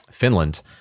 Finland